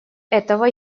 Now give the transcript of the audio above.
этого